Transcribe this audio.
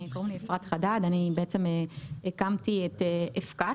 אני בעצם הקמתי את אפקט,